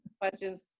questions